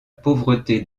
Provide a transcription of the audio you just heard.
pauvreté